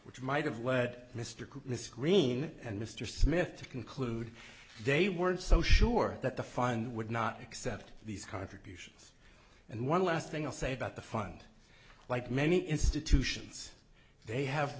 which might have led mr cook the screen and mr smith to conclude they weren't so sure that the fund would not accept these contributions and one last thing i'll say about the fund like many institutions they have